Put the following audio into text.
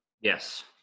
Yes